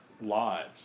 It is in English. lives